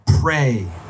pray